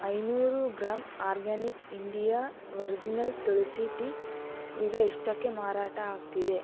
ಐನೂರು gram organic India original tulsi tea ಈಗ ಎಷ್ಟಕ್ಕೆ ಮಾರಾಟ ಆಗ್ತಿದೆ